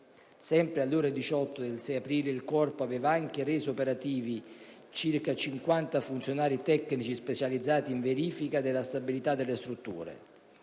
Sempre alle ore 18 il Corpo aveva anche reso operativi circa 50 funzionari tecnici specializzati in verifiche della stabilità delle strutture,